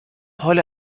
حال